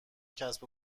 کسب